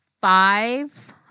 five